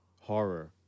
horror